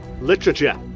Literature